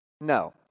No